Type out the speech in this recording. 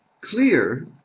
clear